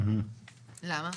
למה?